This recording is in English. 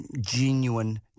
genuine